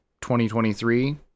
2023